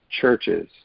churches –